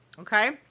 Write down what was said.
Okay